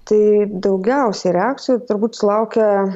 taip daugiausiai reakcijų turbūt sulaukia